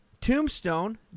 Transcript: Tombstone